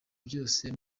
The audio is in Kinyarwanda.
byose